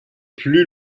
plus